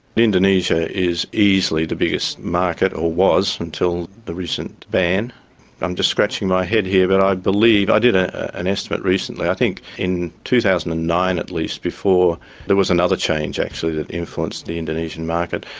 indonesia is easily the biggest market, or was, until the recent ban i'm just scratching my head here, but i believe i did ah an estimate recently, i think in two thousand and nine at least, before there was another change actually that influenced the indonesia and market,